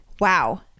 wow